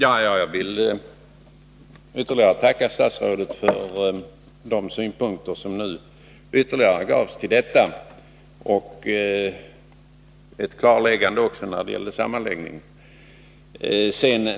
Herr talman! Jag vill tacka statsrådet för dessa ytterligare synpunkter och för klarläggandet när det gäller sammanläggningen.